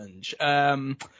challenge